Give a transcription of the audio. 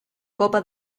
copa